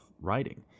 writing